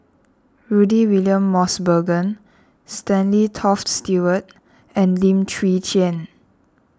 Rudy William Mosbergen Stanley Toft Stewart and Lim Chwee Chian